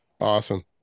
awesome